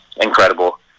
incredible